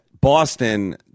Boston